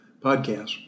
podcast